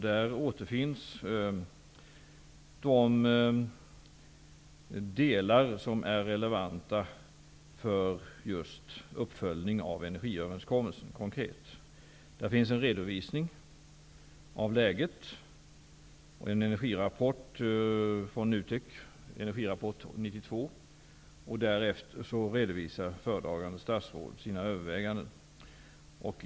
Där återfinns de delar som är relevanta för just en konkret uppföljning av energiöverenskommelsen. Där finns en redovisning av läget och Energirapport 1992 från NUTEK. Därefter redovisar föredragande statsråd sina överväganden.